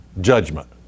judgment